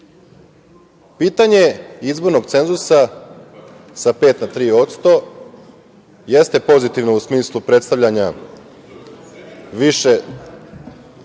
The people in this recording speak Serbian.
Srbiji. Pitanje izbornog cenzusa sa 5% na 3% jeste pozitivno u smislu predstavljanja više